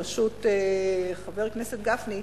בראשות חבר הכנסת גפני,